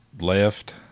left